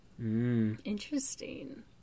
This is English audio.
Interesting